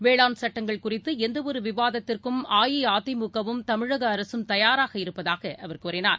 வேளாண் சட்டங்கள் குறித்துளந்தவொருவிவாதத்திற்கும் அஇஅதிமுகவும் தமிழகஅரசும் தயாராக இருப்பதாகஅவர் கூறினார்